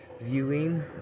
viewing